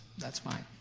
that's fine.